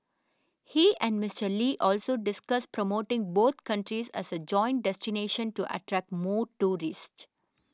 he and Mister Lee also discussed promoting both countries as a joint destination to attract more tourists